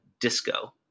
disco